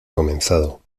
comenzado